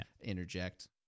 interject